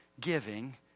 giving